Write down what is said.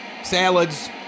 Salads